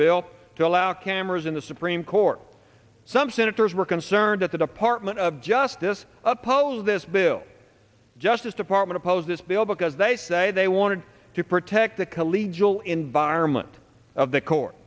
bill to allow cameras in the supreme court some senators were concerned that the department of justice oppose this bill justice department oppose this bill because they say they wanted to protect the collegial environment of the court